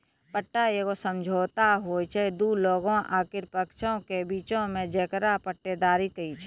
पट्टा एगो समझौता होय छै दु लोगो आकि पक्षों के बीचो मे जेकरा पट्टेदारी कही छै